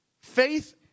Faith